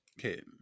Okay